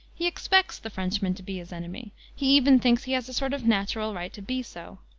he expects the frenchman to be his enemy. he even thinks he has a sort of natural right to be so.